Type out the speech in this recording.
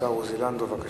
השר עוזי לנדאו, בבקשה,